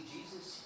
Jesus